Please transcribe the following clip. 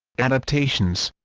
adaptations